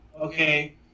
okay